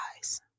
eyes